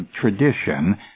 tradition